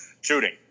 shooting